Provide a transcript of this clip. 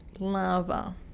lava